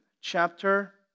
chapter